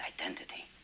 identity